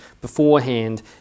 beforehand